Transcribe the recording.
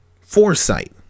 foresight